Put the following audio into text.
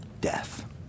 death